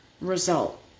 result